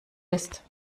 ist